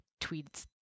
tweets